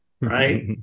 right